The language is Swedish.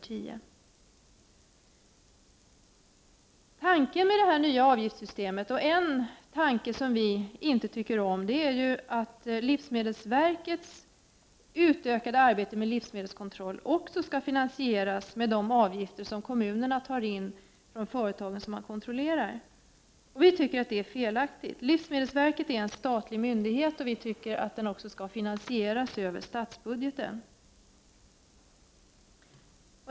En tanke med detta nya avgiftssystem som vi inte tycker om är att livsmedelsverkets utökade arbete med livsmedelskontroll också skall finansieras genom de avgifter som kommunerna tar in från de företag vilkas produkter kontrolleras. Vi tycker att det är fel. Livsmedelsverket är en statlig myndighet, och vi anser att dess verksamhet också skall finansieras över statsbudgeten.